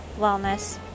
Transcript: wellness